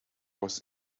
was